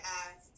ask